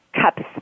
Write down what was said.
cups